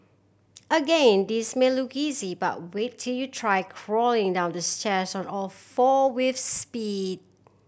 again this may look easy but wait till you try crawling down the stairs on all four with speed